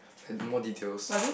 at more details